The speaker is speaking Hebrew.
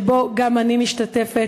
שבו גם אני משתתפת,